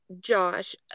Josh